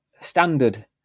standard